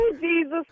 Jesus